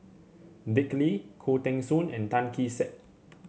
Dick Lee Khoo Teng Soon and Tan Kee Sek